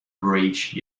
bridge